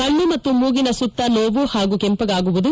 ಕಣ್ಣು ಮತ್ತು ಮೂಗಿನ ಸುತ್ತ ನೋವು ಮತ್ತು ಕೆಂಪಾಗುವುದು